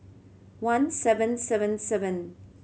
one seven seven seven